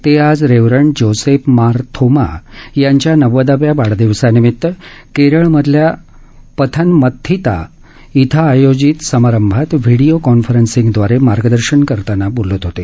ते आज Reverend Joseph Mar Thoma यांच्या नव्वदाव्या वाढदिवसानिमित केरळमधील पथनमथीता इथं आयोजित समारंभात व्हीडीओ कॉन्फरन्सिंगदवारे मार्गदर्शन करताना बोलत होते